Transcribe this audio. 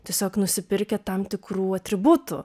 tiesiog nusipirkę tam tikrų atributų